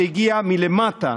שהגיעה מלמטה,